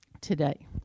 today